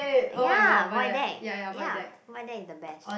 ya void deck ya void deck is the best